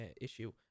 issue